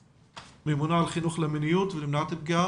ממונה על חינוך למיניות ולמניעת פגיעה?